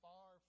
Far